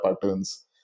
patterns